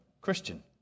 Christian